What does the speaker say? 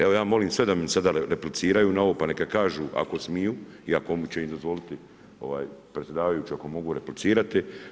Evo, ja molim sve da mi sada repliciraju na ovo pa neka kažu, ako smiju i ako će im dozvoliti predsjedavajući ako mogu replicirati.